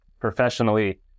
professionally